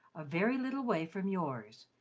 a very little way from yours,